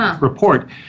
report